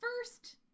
first